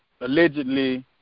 allegedly